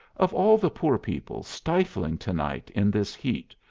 of all the poor people stifling to-night in this heat,